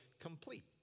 complete